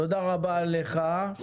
תודה רבה לך.